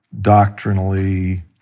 doctrinally